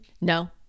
no